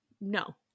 No